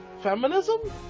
feminism